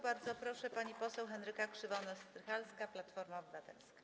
Bardzo proszę, pani poseł Henryka Krzywonos-Strycharska, Platforma Obywatelska.